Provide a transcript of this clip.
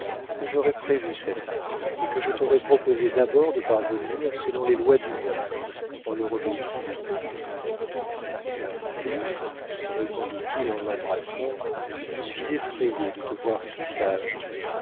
que j'aurai prévu cette fin et que je t'aurai proposé d'abord de parvenir selon les lois du monde en leur obéissant louise répondit-il en l'embrassant je suis effrayé de te voir si sage